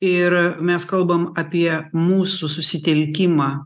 ir mes kalbam apie mūsų susitelkimą